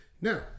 now